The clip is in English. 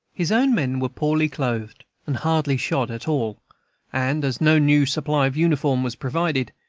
his own men were poorly clothed and hardly shod at all and, as no new supply of uniform was provided,